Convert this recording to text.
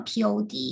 POD